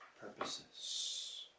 purposes